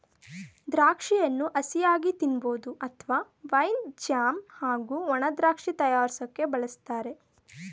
ದ್ರಾಕ್ಷಿಯನ್ನು ಹಸಿಯಾಗಿ ತಿನ್ಬೋದು ಅತ್ವ ವೈನ್ ಜ್ಯಾಮ್ ಹಾಗೂ ಒಣದ್ರಾಕ್ಷಿ ತಯಾರ್ರ್ಸೋಕೆ ಬಳುಸ್ತಾರೆ